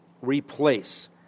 replace